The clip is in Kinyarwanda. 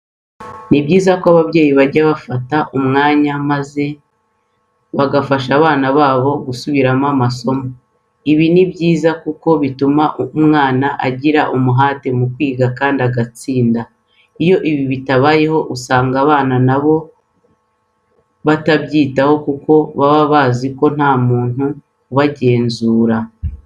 Ni byiza ko ababyeyi bazajya bafata umwanya maze bagafasha abana babo gusubiramo amasomo. Ibi ni byiza kuko bituma umwana agira umuhate mu kwiga kandi agatsinda. Iyo ibi bititaweho usanga abana na bo batabyitaho kuko baba bazi ko nta muntu ubagenzura.